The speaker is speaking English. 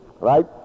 Right